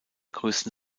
größten